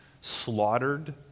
slaughtered